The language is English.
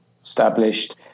established